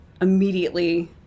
immediately